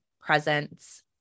presence